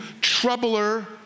troubler